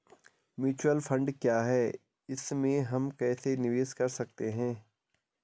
Mutual fund क्या है इसमें हम कैसे निवेश कर सकते हैं?